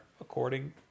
according